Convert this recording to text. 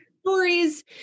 stories